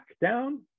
down